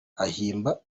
ahimba